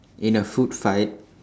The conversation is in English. in a food fight